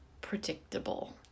predictable